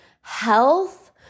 health